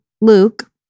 Luke